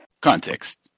Context